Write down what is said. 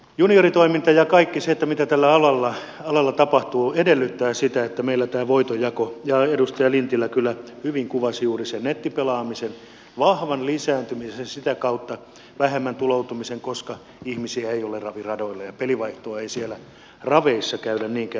junioritoiminta ja kaikki se mitä tällä alalla tapahtuu edellyttää sitä että meillä tämä voitonjako muuttuu ja edustaja lintilä kyllä hyvin kuvasi juuri sen nettipelaamisen vahvan lisääntymisen ja sitä kautta vähemmän tuloutumisen koska ihmisiä ei ole raviradoille ja pelivaihtoa ei siellä raveissa käydä niinkään tekemässä